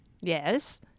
Yes